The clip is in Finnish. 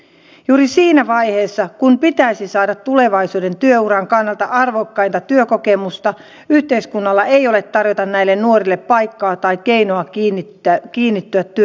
juuri siinä vaiheessa kun pitäisi saada tulevaisuuden työuran kannalta arvokkainta työkokemusta yhteiskunnalla ei ole tarjota näille nuorille paikkaa tai keinoa kiinnittyä työelämään